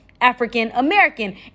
african-american